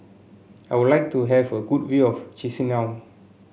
I would like to have a good view of Chisinau